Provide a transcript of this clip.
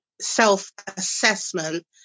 self-assessment